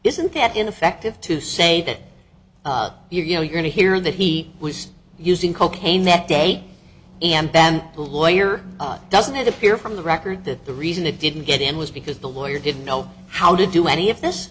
isn't that ineffective to say that you know you're going to hear that he was using cocaine that day and banned the lawyer doesn't it appear from the record that the reason they didn't get him was because the lawyer didn't know how to do any of this